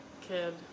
kid